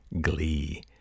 glee